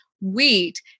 wheat